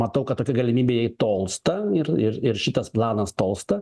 matau kad tokia galimybė jai tolsta ir ir ir šitas planas tolsta